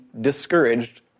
discouraged